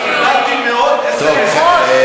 קיבלתי מאות סמ"סים.